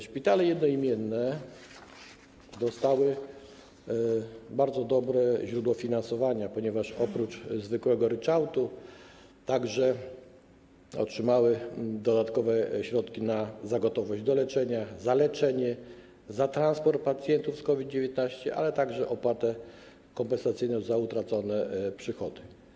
Szpitale jednoimienne zyskały bardzo dobre źródła finansowania, ponieważ oprócz zwykłego ryczałtu otrzymały także dodatkowe środki za gotowość do leczenia, za leczenie, za transport pacjentów z COVID-19, ale także opłatę kompensacyjną za utracone przychody.